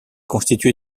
constitué